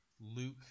Luke